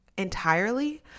entirely